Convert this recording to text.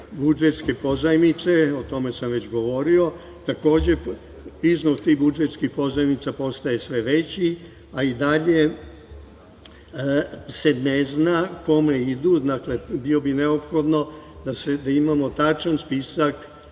budžetske pozajmice, o tome sam već govorio, takođe iznos tih budžetskih pozajmica postaje sve veći, a i dalje se ne zna kome idu. Dakle, bilo bi neophodno da imamo tačan spisak,